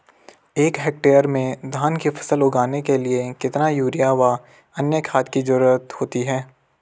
एक हेक्टेयर में धान की फसल उगाने के लिए कितना यूरिया व अन्य खाद की जरूरत होती है?